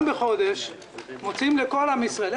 בחודש מוציאים לכל עם ישראל את הכול.